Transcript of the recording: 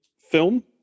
film